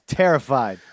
terrified